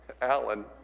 Alan